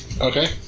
okay